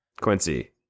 Quincy